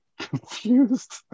Confused